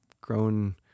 grown